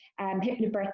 hypnobirthing